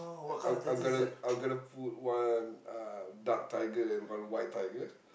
I'm I'm gonna I'm gonna put one uh dark tiger and one white tiger